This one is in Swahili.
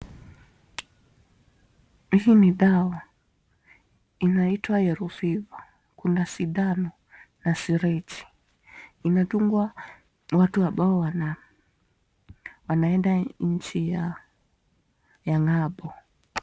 Hii ni dawa inaitwa yellow fever . Kuna sindano na siriji. Inadungwa watu ambao wanaenda nchi ya ng'ambo.